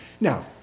Now